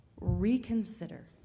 reconsider